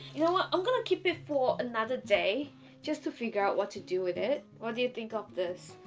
you know what? i'm gonna keep it for another day just to figure out what to do with it what do you think of this?